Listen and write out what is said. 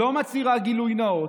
לא מצהירה גילוי נאות,